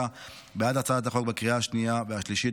בעד הצעת החוק בקריאה השנייה והשלישית,